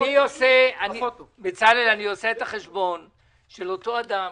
אני עושה חשבון של אותו אדם,